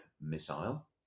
missile